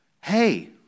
Hey